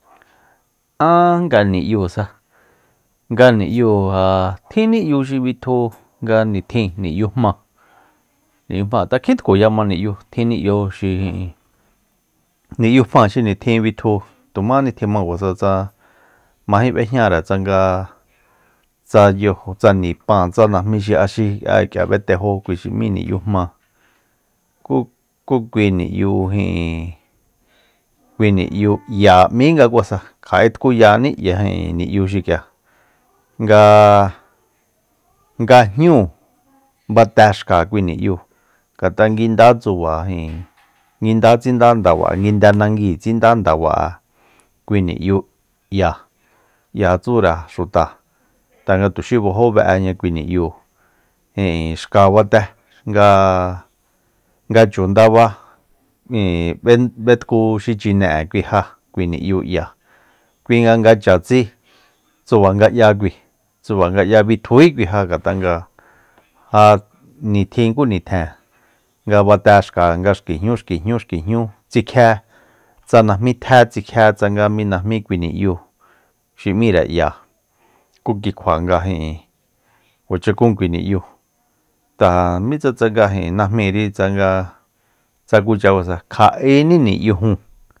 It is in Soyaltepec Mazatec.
Áa nga ni'yusa nga ni'yu ja tjin ni'yu xi bitju nga nitjin ni'yu jmáa- ni'yu jma ngat'a kjin tkuya ma ni'yu tjin ni'yu xi ijin ni'yu jma xi nitjin bitju tu jmáni tjimakuasa majé b'éjñare tsa nga tsa yajo tsa nipáan tsa mi xi axi k'ia b'etejo kui xi m'í ni'yu jma ku- ku kui ni'yu ijin kui ni'yu 'ya m'íngakuasa kja'é tkuyaní ni'yu xik'ia nga- nga jñúu bate xka kui ni'yu ngat'a nguida tsuba ijin nguindá tsindá ndaba'e nguinde nangui tsinda ndaba'e kui ni'yu'ya tsure xuta tanga tuxi bajó be'eña kui ni'yúu ijin xka bate nga- nga chu ndaba ijin b'e- b'etku xichine'e kui ja kui ni'yu'ya kui nga chatsí tsuba nga'ya kui tsuba nga'ya bitjují kui ja ngat'a nga ja nitjin ku nitjen nga bate xka nga xki jñu xki jñu xki jñú tsikjié tsa najmítjé tsikjié tsa mí najmí kui ni'yu xi m'íre 'ya ku ki kjua ijin kuacha kún kui ni'yu ta mitsa tsanga ijin najmíri tsanga tsa kucha kuasa kja'é ni'yujúun